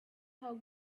how